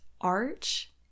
arch